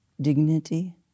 dignity